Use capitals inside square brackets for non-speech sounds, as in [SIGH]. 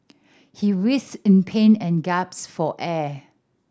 he writhed in pain and [UNINTELLIGIBLE] for air